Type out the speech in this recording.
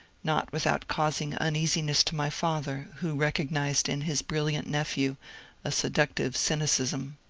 not without causing uneasiness to my father, who recognized in his brilliant nephew a seductive cynicism.